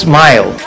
Smile